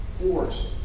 force